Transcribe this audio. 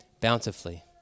bountifully